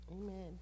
Amen